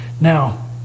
now